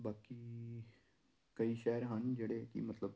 ਬਾਕੀ ਕਈ ਸ਼ਹਿਰ ਹਨ ਜਿਹੜੇ ਕਿ ਮਤਲਬ